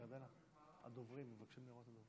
אדוני היושב-ראש, אדוני השר, יש לי נאום בנושא